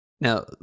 now